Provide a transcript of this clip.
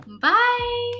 Bye